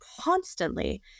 constantly